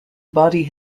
body